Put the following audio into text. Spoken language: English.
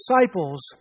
disciples